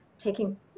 taking